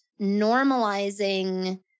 normalizing